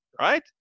right